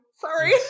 Sorry